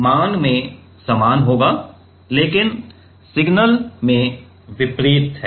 तो यह परिमाण में समान है लेकिन सिग्नल में विपरीत है